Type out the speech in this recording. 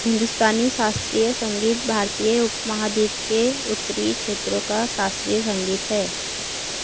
हिन्दुस्तानी शास्त्रीय संगीत भारतीय उपमहाद्वीप के उत्तरी क्षेत्रों का शास्त्रीय संगीत है